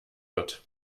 wird